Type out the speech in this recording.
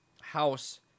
House